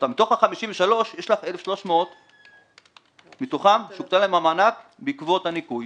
מתוך ה-53 יש לך 1,300 שהוקטן להן המענק בעקבות הניכוי.